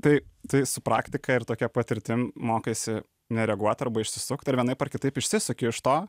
tai tai su praktika ir tokia patirtim mokaisi nereaguot arba išsisukt ir vienaip ar kitaip išsisuki iš to